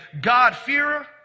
God-fearer